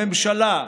הממשלה,